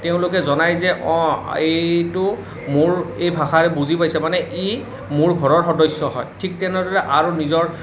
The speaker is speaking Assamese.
তেওঁলোকে জনাই যে অ' এইটো মোৰ এই ভাষা বুজি পাইছে মানে ই মোৰ ঘৰৰ সদস্য় হয় ঠিক তেনেদৰে আৰু নিজৰ